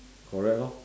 correct lor